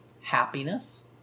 happiness